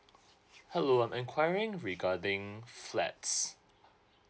hello I'm enquiring regarding flats